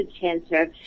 cancer